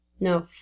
No